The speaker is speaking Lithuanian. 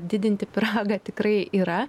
didinti pyragą tikrai yra